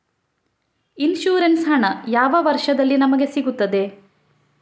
Insurance ಹಣ ಯಾವ ವರ್ಷದಲ್ಲಿ ನಮಗೆ ಸಿಗುತ್ತದೆ?